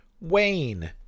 Wayne